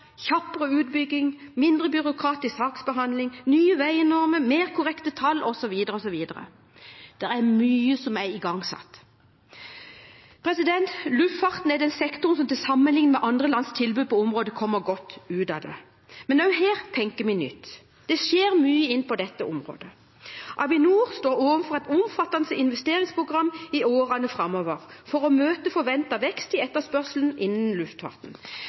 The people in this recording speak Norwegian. utbygging, mindre byråkratisk saksbehandling, nye veinormer, mer korrekte tall osv. Det er mye som er igangsatt. Luftfarten er den sektoren som sammenlignet med andre lands tilbud på området kommer godt ut, men også her tenker vi nytt. Det skjer mye på dette området. Avinor står overfor et omfattende investeringsprogram i årene framover for å møte forventet vekst i etterspørselen innen luftfarten.